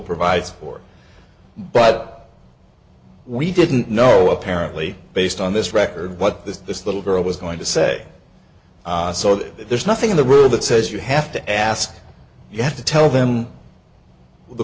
provides for but we didn't know apparently based on this record what this this little girl was going to say so that there's nothing in the rule that says you have to ask you have to tell them the